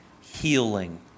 healing